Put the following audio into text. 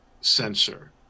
censor